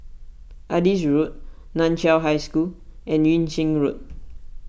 Adis Road Nan Chiau High School and Yung Sheng Road